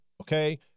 Okay